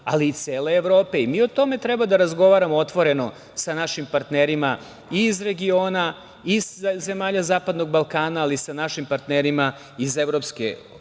ali i cele Evrope. Mi o tome treba da razgovaramo otvoreno sa našim partnerima i iz regiona, i iz zemalja zapadnog Balkana, ali i sa našim partnerima iz EU i